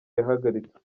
yahagaritswe